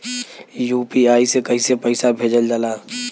UPI से कइसे पैसा भेजल जाला?